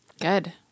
Good